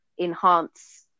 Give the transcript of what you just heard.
enhance